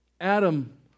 Adam